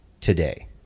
today